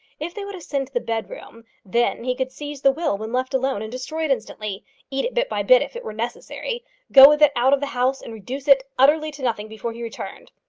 if they would ascend to the bed-room, then he could seize the will when left alone and destroy it instantly eat it bit by bit if it were necessary go with it out of the house and reduce it utterly to nothing before he returned.